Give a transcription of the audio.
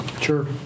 Sure